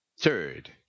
Third